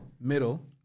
middle